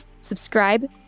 Subscribe